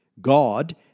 God